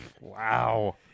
Wow